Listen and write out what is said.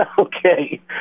okay